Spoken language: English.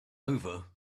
over